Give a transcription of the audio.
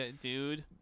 dude